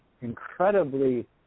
incredibly